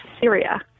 Syria